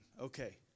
Okay